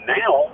now